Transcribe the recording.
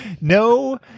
No